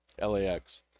LAX